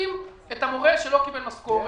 האם את המורה שלא קיבל משכורת,